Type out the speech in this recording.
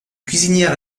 cuisinière